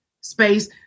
space